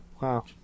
Wow